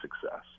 success